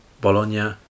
Bologna